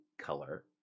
color